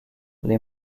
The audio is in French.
les